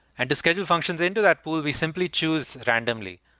and to schedule functions into that pool, we simply choose randomly,